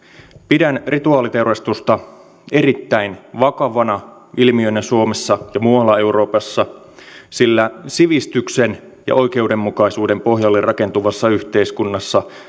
pidän rituaaliteurastusta erittäin vakavana ilmiönä suomessa ja muualla euroopassa sillä sivistyksen ja oikeudenmukaisuuden pohjalle rakentuvassa yhteiskunnassa